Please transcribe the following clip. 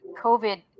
COVID